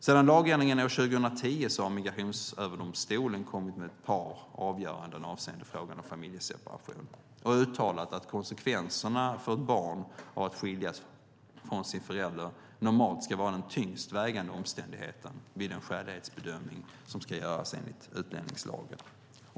Sedan lagändringen år 2010 har Migrationsöverdomstolen kommit med ett par avgöranden avseende frågan om familjeseparation och uttalat att konsekvenserna för ett barn av att skiljas från sin förälder normalt ska vara den tyngst vägande omständigheten vid den skälighetsbedömning som ska göras enligt utlänningslagen.